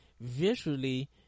visually